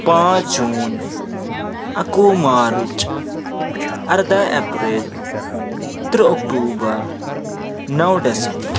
پانٛژھ جوٗن اَکوُہ مارٕچ اَرداہ اپریل تٕرٛہ اکٹوٗبَر نَو ڈٮ۪ٮسمبر